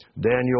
Daniel